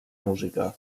música